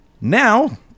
Now